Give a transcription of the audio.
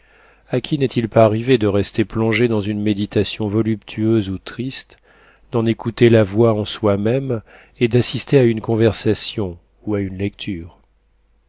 a qui n'est-il pas arrivé de rester plongé dans une méditation voluptueuse ou triste d'en écouter la voix en soi-même et d'assister à une conversation ou à une lecture